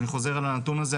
אני חוזר על הנתון הזה,